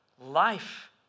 Life